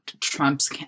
Trump's